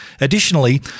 Additionally